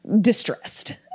distressed